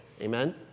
Amen